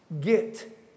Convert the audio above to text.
get